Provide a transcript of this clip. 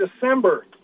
December